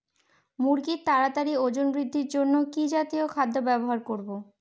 মুরগীর তাড়াতাড়ি ওজন বৃদ্ধির জন্য কি জাতীয় খাদ্য ব্যবহার করব?